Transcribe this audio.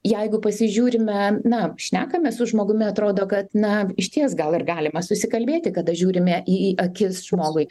jeigu pasižiūrime na šnekamės su žmogumi atrodo kad na išties gal ir galima susikalbėti kada žiūrime į akis žmogui